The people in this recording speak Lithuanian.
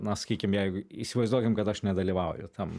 na sakykim jeigu įsivaizduokim kad aš nedalyvauju tam